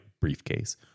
briefcase